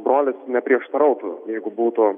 brolis neprieštarautų jeigu būtų